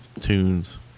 Tunes